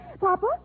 Papa